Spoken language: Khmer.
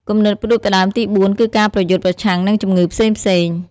គំនិតផ្តួចផ្តើមទីបួនគឺការប្រយុទ្ធប្រឆាំងនឹងជំងឺផ្សេងៗ។